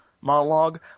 monologue